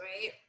right